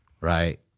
right